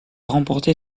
remporté